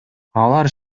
алар